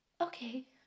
okay